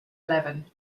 eleven